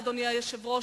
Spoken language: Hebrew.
אדוני היושב-ראש,